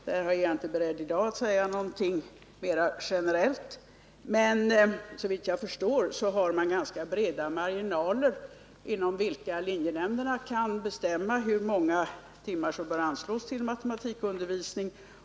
Jag är i dag inte beredd att säga Nr 71 någonting mera generellt, men såvitt jag förstår finns det ganska breda Tisdagen den marginaler inom vilka linjenämnderna kan bestämma hur många timmar 23 januari 1979 som bör anslås till matematikundervisning.